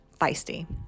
feisty